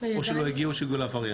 או שלא הגיעו או שהגיעו לעבריינים.